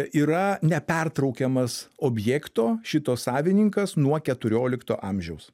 yra nepertraukiamas objekto šito savininkas nuo keturiolikto amžiaus